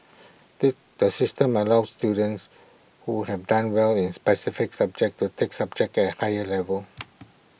the the system allows students who have done well in specific subjects to take subject at higher level